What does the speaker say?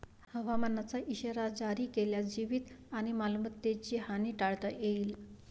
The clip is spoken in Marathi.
हवामानाचा इशारा जारी केल्यास जीवित आणि मालमत्तेची हानी टाळता येईल